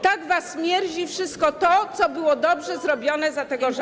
Tak was mierzi wszystko to, co było dobrze zrobione za tego rządu.